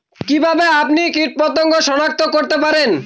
কিভাবে আপনি কীটপতঙ্গ সনাক্ত করতে পারেন?